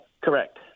Correct